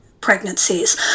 pregnancies